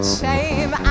shame